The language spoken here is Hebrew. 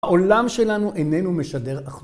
העולם שלנו איננו משדר אח